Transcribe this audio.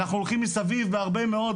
אנחנו הולכים מסביב בהרבה מאוד,